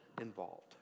involved